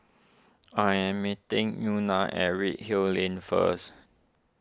I am meeting Euna at Redhill Lane first